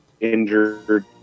injured